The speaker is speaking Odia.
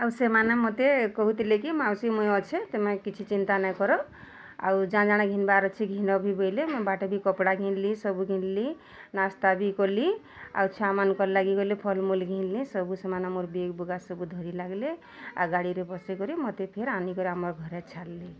ଆଉ ସେମାନେ ମତେ କହୁଥିଲେ କି ମାଉସୀ ମୁଇଁ ଅଛେ ତମେ କିଛି ଚିନ୍ତା ନାଇ କର ଆଉ ଜାଣ୍ ଜାଣ୍ ଘିନିବାର୍ ଅଛି ଘିନ ବି ବୋଇଲେ ମୁଇଁ ବାଟେ ବି କପଡ଼ା ଘିନ୍ଲି ସବୁ ଘିନଲି ନାସ୍ତା ବି କଲି ଆଉ ଛୁଆମାନକର୍ ଲାଗିକରି ଫଳ୍ ମୂଲ୍ ବି ଘିନ୍ଲି ସବୁ ସେମାନେ ମୋର୍ ବେଗ୍ ବୁଗା ସବୁ ଧରି ଲାଗିଲେ ଆର୍ ଗାଡ଼ିରେ ବସେଇକରି ଫିର୍ ଆନିକରି ଆମର୍ ଛାଡ଼ିଲେ